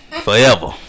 forever